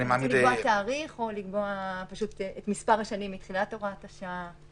צריך לקבוע תאריך או לקבוע את מספר השנים מתחילת הוראת השנה.